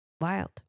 Wild